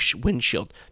windshield